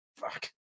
fuck